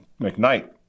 McKnight